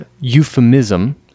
Euphemism